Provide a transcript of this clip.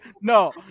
no